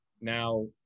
now